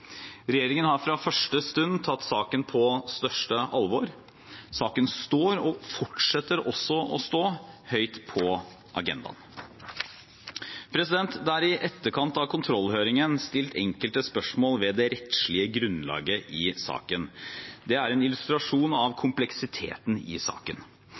Regjeringen har fra første stund tatt saken på største alvor. Saken står, og fortsetter å stå, høyt på agendaen. Det er i etterkant av kontrollhøringen stilt enkelte spørsmål ved det rettslige grunnlaget i saken. Det er en illustrasjon av kompleksiteten i saken.